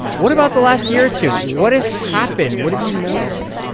what about the last year or two? what has happened? what have you noticed?